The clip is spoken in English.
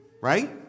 right